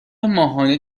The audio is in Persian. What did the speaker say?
ماهانه